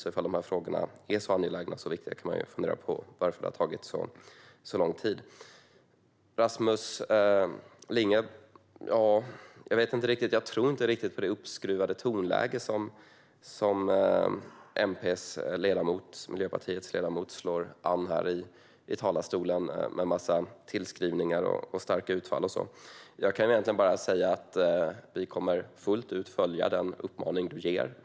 Om nu dessa frågor är så angelägna och viktiga kan man ju fundera på varför det har tagit så lång tid. Jag tror inte riktigt på det uppskruvade tonläge som Miljöpartiets ledamot Rasmus Ling slår an här i talarstolen med en massa tillskrivningar, starka utfall och så vidare. Jag kan egentligen bara säga att vi fullt ut kommer att följa den uppmaning du ger oss.